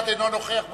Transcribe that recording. אינו נוכח באולם?